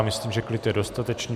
Myslím, že klid je dostatečný.